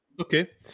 okay